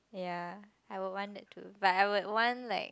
ya I would want it too but I would want like